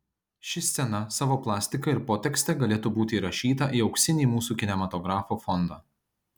ši scena savo plastika ir potekste galėtų būti įrašyta į auksinį mūsų kinematografo fondą